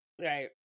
right